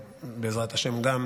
בעזרת השם זה גם